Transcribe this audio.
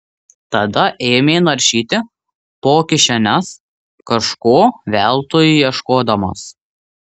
tada ėmė naršyti po kišenes kažko veltui ieškodamas